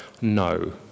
No